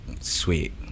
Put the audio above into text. Sweet